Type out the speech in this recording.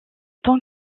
tant